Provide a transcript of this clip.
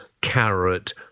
carrot